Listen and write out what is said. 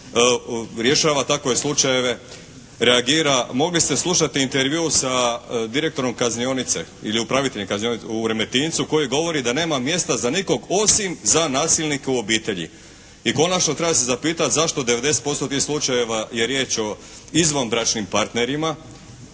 rješava takve slučajeve, reagira. Mogli ste slušati intervju sa direktorom kaznionice, ili upraviteljem Kaznionice u Remetincu koji govori da nema mjesta za nikog osim za nasilnika u obitelji. I konačno, treba se zapitati zašto 90% tih slučajeva je riječ o izvanbračnim partnerima.